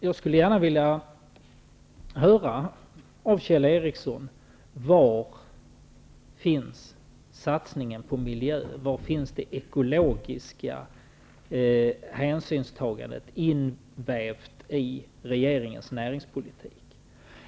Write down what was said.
Jag skulle gärna vilja höra av Kjell Ericsson var satsningen på miljön finns, var det ekologiska hänsynstagandet finns invävt i regeringens näringspolitik.